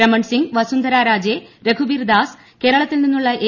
രമൺ സിംഗ് വസുന്ധരാ രാജെ രഘുബീർ ദാസ് കേരളത്തിൽ നിന്നുള്ള എ